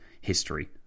history